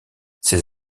ces